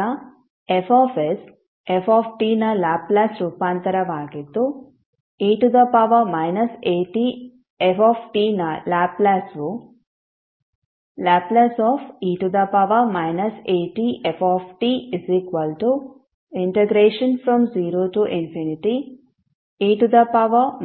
ಈಗ F f ನ Laplace ರೂಪಾಂತರವಾಗಿದ್ದು e atf ನ ಲ್ಯಾಪ್ಲೇಸ್ವು Le atf0e atfte stdt0fe satdtFsa Le atf Fsa